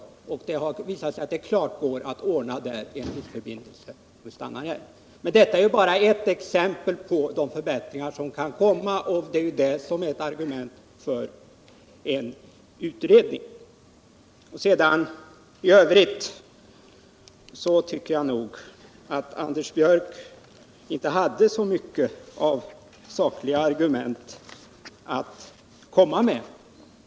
Detta är bara ett exempel på de förbättringar som kan göras, och detta är ett av argumenten för en utredning. I övrigt tycker jag att Anders Björck inte hade så mycket av sakliga argument att komma med.